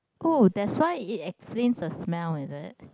oh that's why it explains the smell is it